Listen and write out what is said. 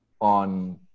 on